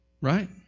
Right